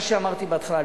מה שאמרתי בהתחלה,